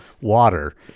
water